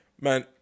Man